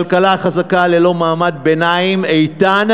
כלכלה חזקה ללא מעמד ביניים איתן,